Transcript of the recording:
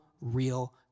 real